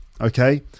Okay